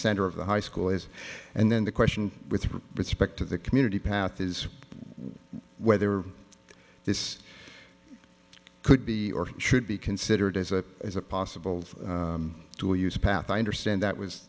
center of the high school is and then the question with respect to the community path is whether this could be or should be considered as a possible to use path i understand that was